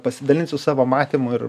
pasidalinsiu savo matymu ir